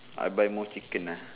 I buy more chicken uh